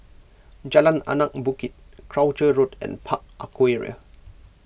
Jalan Anak Bukit Croucher Road and Park Aquaria